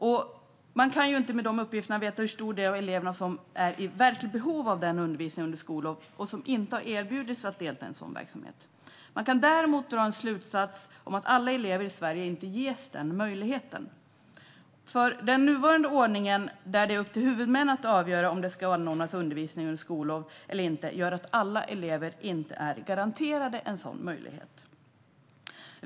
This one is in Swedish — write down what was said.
Vi kan inte utifrån de uppgifterna veta hur många elever som har varit i behov av undervisning under skollov men inte erbjudits att delta i sådan verksamhet. Man kan däremot dra slutsatsen att alla elever i Sverige inte ges denna möjlighet. Den nuvarande ordningen, där det är upp till huvudmännen att avgöra om det ska anordnas undervisning under skollov eller inte, gör att alla elever inte är garanterade en sådan möjlighet.